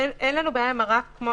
אין לנו בעיה עם הרף.